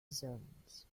zones